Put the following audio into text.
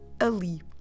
ALI